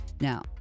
Now